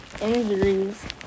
injuries